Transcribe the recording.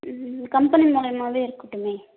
ம் கம்பெனி மூலயமாவே இருக்கட்டுமே